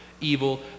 evil